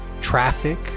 traffic